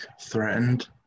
threatened